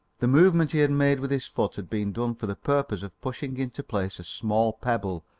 the movement he had made with his foot had been done for the purpose of pushing into place a small pebble,